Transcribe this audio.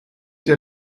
der